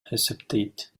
эсептейт